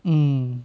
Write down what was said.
mm